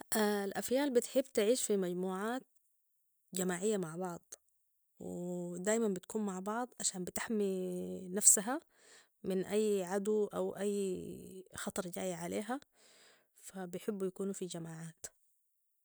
الأفيال بتحب تعيش في مجموعات جماعية مع بعض ودائما بتكون مع بعض عشان بتحمي نفسها من أي عدو أو أي خطر جاي عليها فبيحبوا يكونوا في جماعات